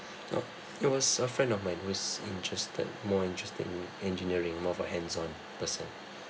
oh it was a friend of mine who is interested more interested in engineering more of a hands on person